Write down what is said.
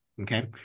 okay